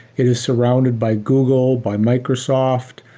it is surrounded by google, by microsoft,